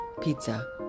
pizza